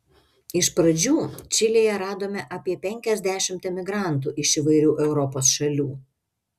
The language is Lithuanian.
iš pradžių čilėje radome apie penkiasdešimt emigrantų iš įvairių europos šalių